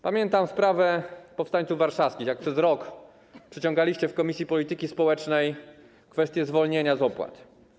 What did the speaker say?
Pamiętam sprawę powstańców warszawskich, jak przez rok przeciągaliście w komisji polityki społecznej kwestię zwolnienia z opłat.